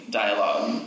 dialogue